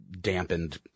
dampened